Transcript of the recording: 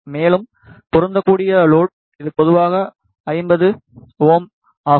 மேலும் பொருந்தக்கூடிய லோட் இது பொதுவாக 50 Ω ஆகும்